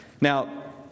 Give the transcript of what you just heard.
Now